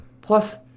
Plus